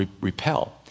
repel